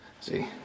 See